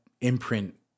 imprint